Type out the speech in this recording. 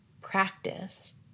practice